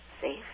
safe